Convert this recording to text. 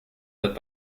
but